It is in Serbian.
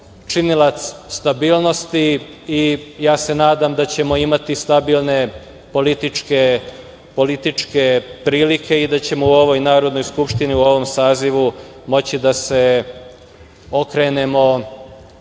činilac stabilnosti i nadam se da ćemo imati stabilne političke prilike i da ćemo u ovoj Narodnoj skupštini, u ovom sazivu, moći da se okrenemo